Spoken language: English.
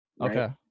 Okay